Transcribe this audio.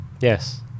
Yes